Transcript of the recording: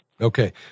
Okay